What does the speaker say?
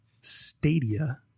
Stadia